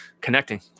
Connecting